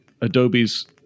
Adobe's